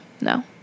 no